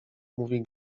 mówi